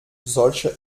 solche